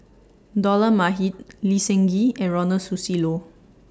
Dollah Majid Lee Seng Gee and Ronald Susilo